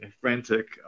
frantic